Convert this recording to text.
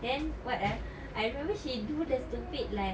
then what eh I remember she do the stupid like